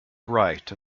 bright